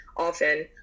often